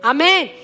Amen